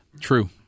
True